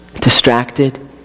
distracted